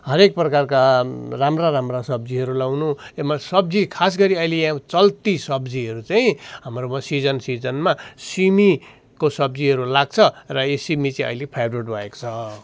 हरेक प्रकारका राम्रा राम्रा सब्जीहरू लाउनु सब्जी खास गरी अहिले यहाँ चल्ती सब्जीहरू चाहिँ हाम्रोमा सिजन सिजनमा सिमीको सब्जीहरू लाग्छ र यो सिमी चाहिँ अहिले फेडआउट भएको छ